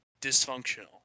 dysfunctional